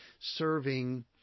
serving